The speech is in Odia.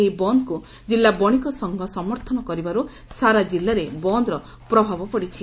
ଏହି ବଦକୁ ଜିଲ୍ଲା ବଶିକ ସଂଘ ସମର୍ଥନ କରିବାରୁ ସାରା ଜିଲ୍ଲାରେ ବନ୍ଦର ପ୍ରଭାବ ପଡିଛି